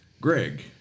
Greg